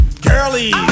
Girlies